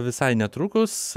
visai netrukus